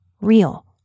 real